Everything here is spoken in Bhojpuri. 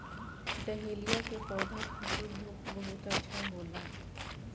डहेलिया के पौधा खातिर धूप बहुत अच्छा होला